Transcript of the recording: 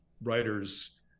writers